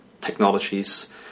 technologies